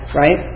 right